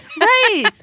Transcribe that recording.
Right